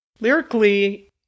Lyrically